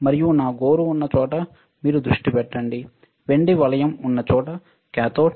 మరియు నా గోరు ఉన్న చోట మీరు దృష్టి పెట్టండి వెండి వలయం ఉన్నచోట కాథోడ్